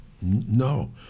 No